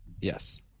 Yes